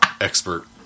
Expert